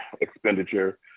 expenditure